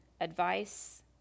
advice